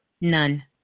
None